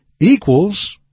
equals